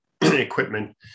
equipment